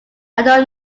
don’t